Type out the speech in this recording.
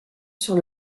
sur